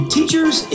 Teachers